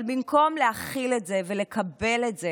אבל במקום להכיל את זה ולקבל את זה